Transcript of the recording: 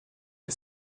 est